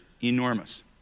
enormous